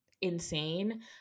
insane